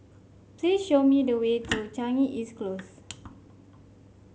please show me the way to Changi East Close